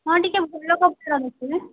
ହଁ ଟିକିଏ ଭଲ କପଡ଼ା ଦେଖେଇବେ